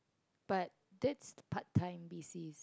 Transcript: but that's part time basis